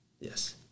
Yes